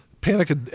Panic